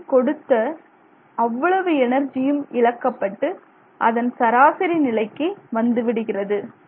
எடைக்கு நீங்கள் கொடுத்த அவ்வளவு எனர்ஜியும் இழக்கப்பட்டு அதன் சராசரி நிலைக்கு வந்துவிடுகிறது